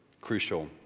crucial